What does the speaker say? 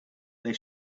they